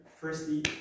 firstly